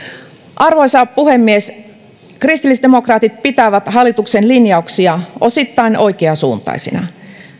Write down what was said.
arvoisa puhemies kristillisdemokraatit pitävät hallituksen linjauksia osittain oikeansuuntaisina